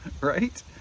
right